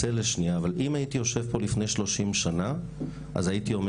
אם הייתי יושב פה לפני שלושים שנה הייתי אומר